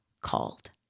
called